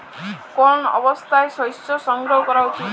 কোন অবস্থায় শস্য সংগ্রহ করা উচিৎ?